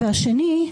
והשני,